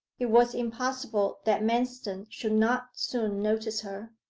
it was impossible that manston should not soon notice her.